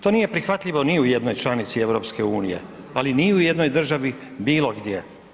To nije prihvatljivo ni u jednoj članici EU, ali ni u jednoj državi bilo gdje.